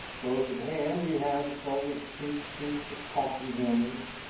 close at hand we have the pleasant chink-chink of caulking hammers,